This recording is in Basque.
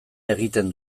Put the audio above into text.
egiten